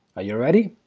you ready?